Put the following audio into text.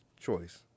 choice